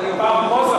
בעדין אִנְת.